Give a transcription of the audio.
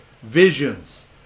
visions